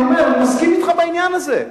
אני מסכים אתך בעניין הזה.